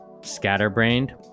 scatterbrained